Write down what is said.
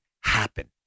happen